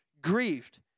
grieved